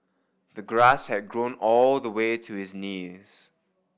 the grass had grown all the way to his knees